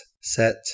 set